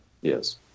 Yes